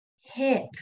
hip